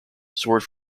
soured